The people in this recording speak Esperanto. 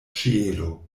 ĉielo